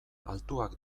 altuak